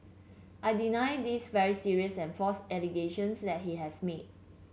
I deny this very serious and false allegations that he has made